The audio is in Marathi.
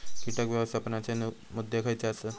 कीटक व्यवस्थापनाचे दोन मुद्दे खयचे आसत?